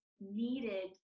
needed